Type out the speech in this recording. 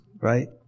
right